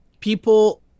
people